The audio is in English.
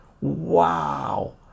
Wow